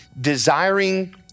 desiring